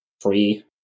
free